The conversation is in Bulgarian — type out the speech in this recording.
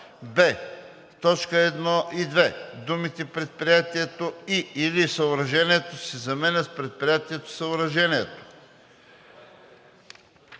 б) в т. 1 и 2 думите „предприятието и/или съоръжението“ се заменят с „предприятието/съоръжението“.“